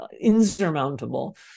insurmountable